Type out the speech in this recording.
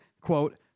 quote